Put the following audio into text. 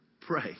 pray